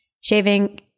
Shaving